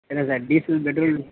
என்ன sir diesel petrol